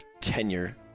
tenure